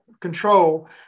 control